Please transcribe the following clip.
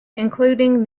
including